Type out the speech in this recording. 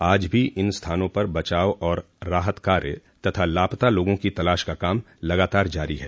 आज भी इन स्थानों पर बचाव और राहत कार्य तथा लापता लोगों की तलाश का काम लगातार जारी है